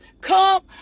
come